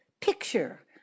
picture